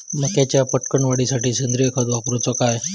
मक्याचो पटकन वाढीसाठी सेंद्रिय खत वापरूचो काय?